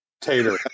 tater